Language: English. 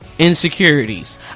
insecurities